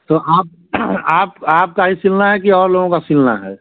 तो आप आप आपका ही सिलना है कि और लोगों का सिलना है